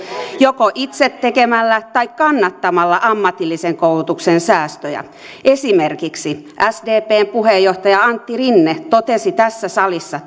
joko itse tekemällä tai kannattamalla ammatillisen koulutuksen säästöjä esimerkiksi sdpn puheenjohtaja antti rinne totesi tässä salissa